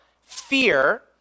fear